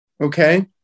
Okay